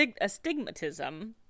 astigmatism